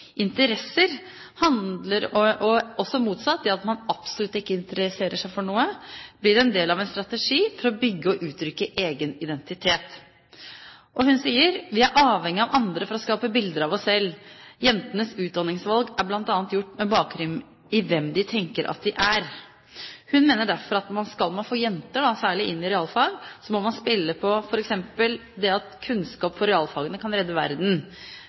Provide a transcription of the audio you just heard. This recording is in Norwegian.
Interesser og også det motsatte – at man absolutt ikke interesserer seg for noe – blir en del av en strategi for å bygge og uttrykke egen identitet. Hun sier: «Vi er avhengige av andre for å skape bilder av oss selv. Jentenes utdanningsvalg er blant annet gjort med bakgrunn i hvem de tenker at de er.» Hun mener derfor at skal man særlig få jenter inn i realfag, må man spille på f.eks. det at kunnskap om realfagene kan redde verden.